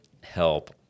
help